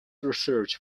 research